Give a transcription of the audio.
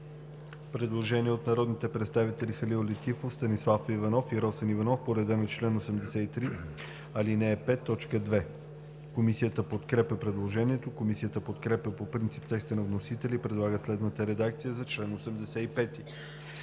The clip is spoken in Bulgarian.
Предложение от народните представители Станислав Иванов и Росен Иванов по реда на чл. 83, ал. 5, т. 2. Комисията подкрепя предложението. Комисията подкрепя по принцип текста на вносителя и предлага следната редакция за чл.